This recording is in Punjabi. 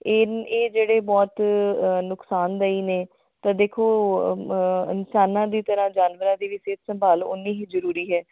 ਇਹਨ ਇਹ ਜਿਹੜੇ ਬਹੁਤ ਅ ਨੁਕਸਾਨਦਾਈ ਨੇ ਤਾਂ ਦੇਖੋ ਅ ਇਨਸਾਨਾਂ ਦੀ ਤਰ੍ਹਾਂ ਜਾਨਵਰਾਂ ਦੀ ਵੀ ਸਿਹਤ ਸੰਭਾਲ ਓਨੀ ਹੀ ਜ਼ਰੂਰੀ ਹੈ